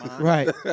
Right